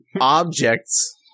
Objects